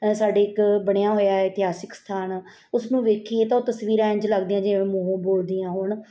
ਸਾਡੇ ਇੱਕ ਬਣਿਆ ਹੋਇਆ ਹੈ ਇਤਿਹਾਸਿਕ ਸਥਾਨ ਉਸ ਨੂੰ ਵੇਖੀਏ ਤਾਂ ਉਹ ਤਸਵੀਰਾਂ ਇੰਜ ਲੱਗਦੀਆਂ ਜਿਵੇਂ ਮੂੰਹੋਂ ਬੋਲਦੀਆਂ ਹੋਣ